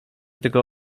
tego